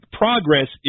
progress